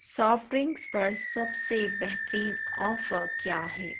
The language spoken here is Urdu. سافٹ ڈرنکس پر سب سے بہترین آفر کیا ہے